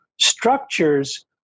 structures